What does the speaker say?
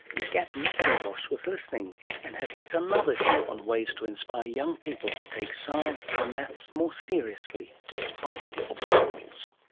and gab mcintosh was listening and has yet another view on ways to inspire young people to take science and maths more seriously, despite the obstacles.